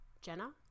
Jenna